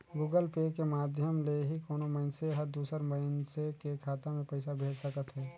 Google Pay के माधियम ले ही कोनो मइनसे हर दूसर मइनसे के खाता में पइसा भेज सकत हें